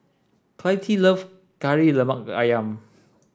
Clytie love Kari Lemak Ayam